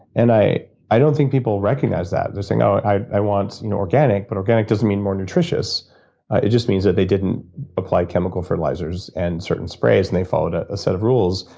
and i i don't think people recognize that. they're saying, oh i i want and organic, but organic doesn't mean more nutritious. it just means that they didn't apply chemical fertilizers and certain sprays, and they followed a set of rules.